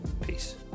Peace